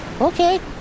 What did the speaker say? Okay